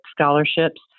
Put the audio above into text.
scholarships